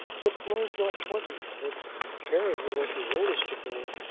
but flo's not twenty yet, and carry, who was the oldest to go,